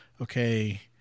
okay